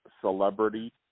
celebrity